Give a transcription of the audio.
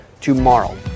tomorrow